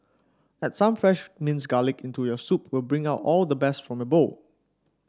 add some fresh minced garlic into your soup to bring out all the best from your bowl